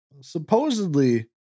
Supposedly